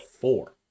four